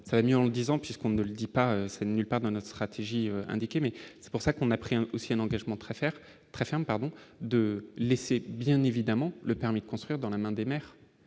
ça va mieux en le disant, puisqu'on ne le dit pas, nulle part dans notre stratégie indiqué, mais c'est pour ça qu'on a pris aussi un engagement très faire très ferme, pardon, de laisser, bien évidemment, le permis de construire dans la main des maires,